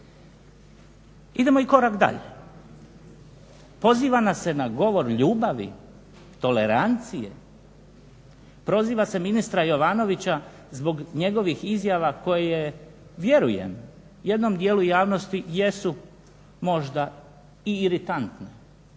Idemo i korak dalje. Poziva nas se na govor ljubavi, tolerancije, proziva se ministra Jovanovića zbog njegovih izjava koje vjerujem jednom dijelu javnosti jesu možda i iritantne.